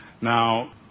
Now